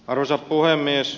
arvoisa puhemies